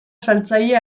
saltzaile